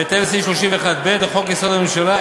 בהתאם לסעיף 31(ב) לחוק-יסוד: הממשלה,